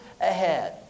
ahead